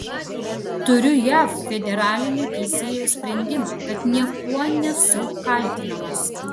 turiu jav federalinio teisėjo sprendimą kad niekuo nesu kaltinamas